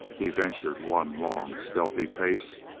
he ventured one long, stealthy pace,